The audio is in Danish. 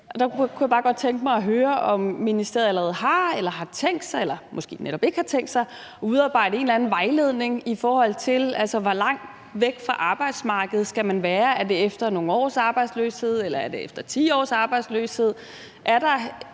Der kunne jeg bare godt tænke mig at høre, om ministeriet allerede har eller har tænkt sig eller måske netop ikke har tænkt sig at udarbejde en eller anden vejledning, i forhold til hvor langt væk fra arbejdsmarkedet man skal være. Er det efter nogle års arbejdsløshed, eller er det efter 10 års arbejdsløshed?